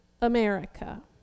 America